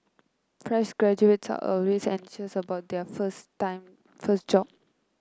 fresh graduate are always anxious about their first time first job